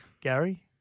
Gary